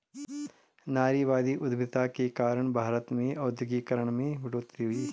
नारीवादी उधमिता के कारण भारत में औद्योगिकरण में बढ़ोतरी हुई